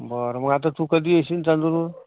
बरं मग आता तू कधी येशील चांदूरवरून